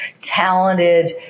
talented